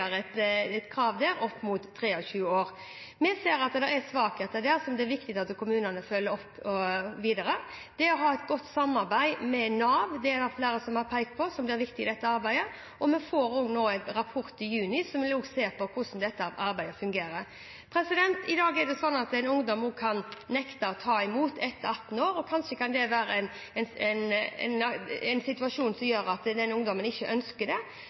trenger et ettervern etter at de har fylt 18 år – og her er det et krav, opp mot 23 år. Vi ser at det er svakheter her som det er viktig at kommunene følger opp videre. Det å ha et godt samarbeid med Nav har flere pekt på som viktig i dette arbeidet, og vi får en rapport i juni, der man har sett på hvordan dette arbeidet fungerer. I dag er det sånn at en ungdom kan nekte å ta imot ettervern etter fylte 18 år. Kanskje er ungdommen i en situasjon der han eller hun ikke ønsker ettervern, men samtidig er det